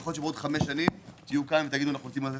אולי בעוד חמש שנים תגידו: רוצים לעשות